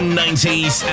90s